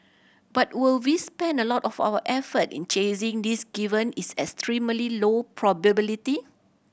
but will we spend a lot of our effort in chasing this given its extremely low probability